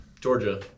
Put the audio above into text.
Georgia